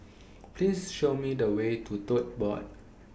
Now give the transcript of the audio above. Please Show Me The Way to Tote Board